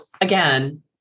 again